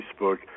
Facebook